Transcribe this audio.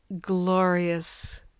glorious